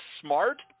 smart